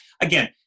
again